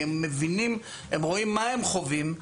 הם מבינים ורואים מה הם חווים,